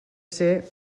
ser